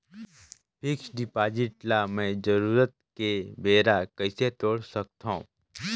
Fixed deposit ल मैं जरूरत के बेरा कइसे तोड़ सकथव?